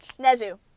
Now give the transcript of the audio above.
Nezu